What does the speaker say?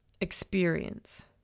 experience